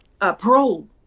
parole